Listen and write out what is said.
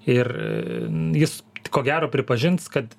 ir jis ko gero pripažins kad